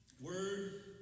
Word